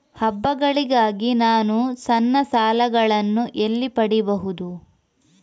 ಹಬ್ಬಗಳಿಗಾಗಿ ನಾನು ಸಣ್ಣ ಸಾಲಗಳನ್ನು ಎಲ್ಲಿ ಪಡಿಬಹುದು?